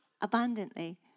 abundantly